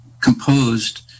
composed